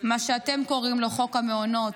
מה שאתם קוראים לו חוק המעונות,